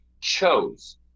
chose